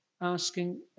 asking